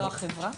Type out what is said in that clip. לא החברה?